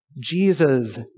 Jesus